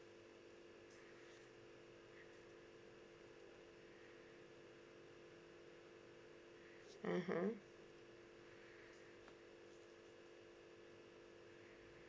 mmhmm